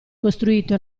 costruito